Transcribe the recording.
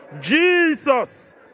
Jesus